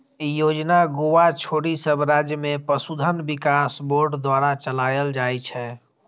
ई योजना गोवा छोड़ि सब राज्य मे पशुधन विकास बोर्ड द्वारा चलाएल जाइ छै